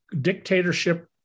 dictatorship